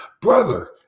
Brother